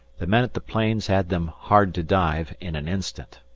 the men at the planes had them hard-to-dive in an instant.